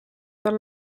tal